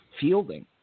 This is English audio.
fielding